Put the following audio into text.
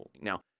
Now